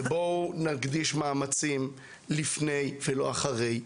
בואו נקדיש מאמצים לפני ולא אחרי,